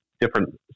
different